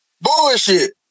bullshit